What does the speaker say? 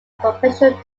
professional